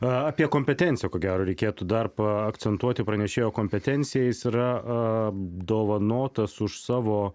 apie kompetenciją ko gero reikėtų dar paakcentuoti pranešėjo kompetenciją jis yra apdovanotas už savo